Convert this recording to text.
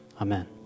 Amen